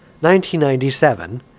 1997